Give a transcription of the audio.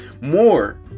more